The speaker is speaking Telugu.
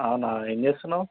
అవునా ఏం చేస్తున్నావ్